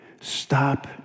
stop